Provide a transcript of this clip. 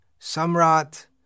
samrat